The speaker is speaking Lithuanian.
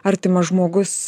artimas žmogus